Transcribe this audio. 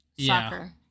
soccer